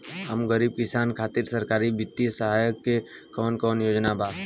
हम गरीब किसान खातिर सरकारी बितिय सहायता के कवन कवन योजना बा?